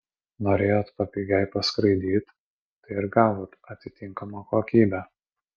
norėjot papigiai paskraidyt tai ir gavot atitinkamą kokybę